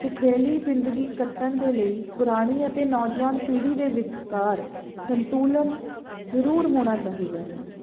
ਸੁਖਾਲੀ ਜ਼ਿੰਦਗੀ ਕੱਟਣ ਦੇ ਲਈ ਪੁਰਾਣੀ ਅਤੇ ਨੌਜਵਾਨ ਪੀੜ੍ਹੀ ਦੇ ਵਿਚਕਾਰ ਸੰਤੁਲਨ ਜ਼ਰੂਰ ਹੋਣਾ ਚਾਹੀਦਾ ਹੈ